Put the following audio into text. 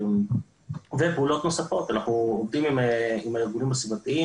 יש גם פעולות נוספות: אנחנו עובדים עם הארגונים הסביבתיים